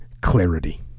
clarity